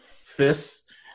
fists